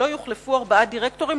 שלא יוחלפו ארבעה דירקטורים,